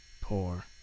poor